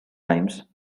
times